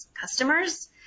customers